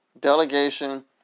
delegation